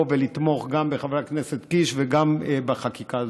ולתמוך גם בחברי הכנסת קיש וגם בחקיקה הזו.